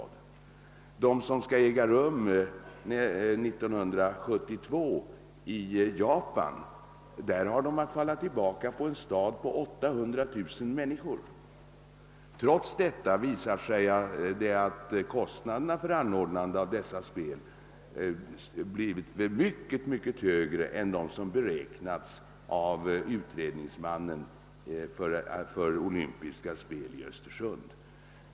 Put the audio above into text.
Vid de spel som skall äga rum 1972 i Japan har man att falla tillbaka på en stad på 800 000 invånare. Trots detta visar det sig att kostnaderna för anordnandet av dessa spel blivit mycket, mycket högre än de som beräknats av utredningsmannen för olympiska spel i Östersund.